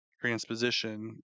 transposition